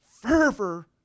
fervor